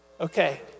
Okay